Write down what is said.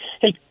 Hey